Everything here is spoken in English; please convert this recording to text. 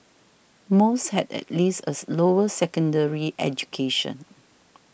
most had at least as lower secondary education